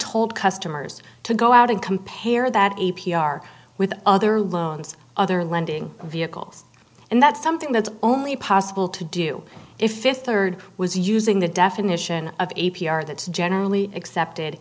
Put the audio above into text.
told customers to go out and compare that a p r with other loans other lending vehicles and that's something that's only possible to do if if third was using the definition of a p r that's generally accepted